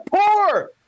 poor